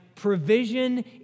Provision